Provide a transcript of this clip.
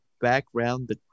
background